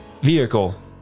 Vehicle